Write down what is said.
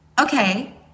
okay